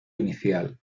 inicial